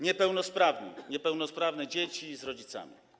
Niepełnosprawni, niepełnosprawne dzieci z rodzicami.